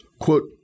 quote